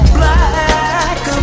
Black